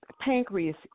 pancreas